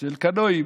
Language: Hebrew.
של קנאים